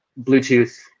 Bluetooth